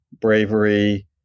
bravery